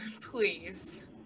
please